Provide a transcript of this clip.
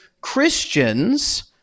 Christians